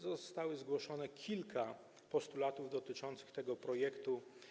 Zostało zgłoszonych kilka postulatów dotyczących tego projektu.